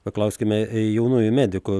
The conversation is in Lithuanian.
paklauskime jaunųjų medikų